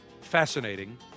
fascinating